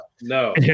no